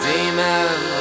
Demon